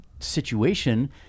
situation